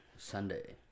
Sunday